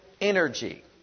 energy